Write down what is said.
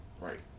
right